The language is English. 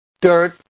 dirt